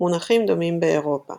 מונחים דומים באירופה